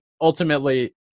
ultimately